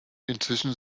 inzwischen